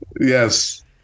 Yes